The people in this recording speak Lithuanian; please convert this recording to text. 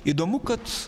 įdomu kad